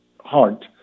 heart